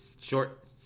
short